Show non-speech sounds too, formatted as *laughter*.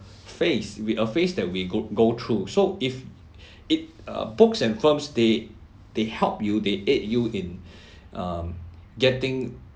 phase with a phase that we go go through so if *breath* it uh books and films they they help you they aid you in *breath* um getting